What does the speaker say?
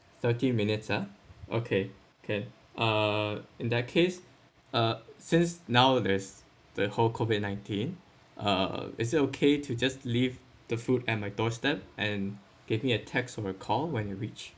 thirty minutes ah okay can uh in that case uh since nowadays the whole COVID nineteen uh is it okay to just leave the food at my doorstep and gave me a text or a call when you reach